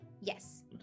Yes